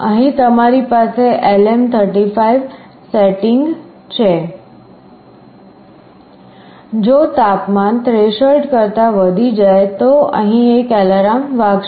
અહીં તમારી પાસે LM35 સેટિંગ છે જો તાપમાન થ્રેશોલ્ડ કરતા વધી જાય તો અહીં એક અલાર્મ વાગશે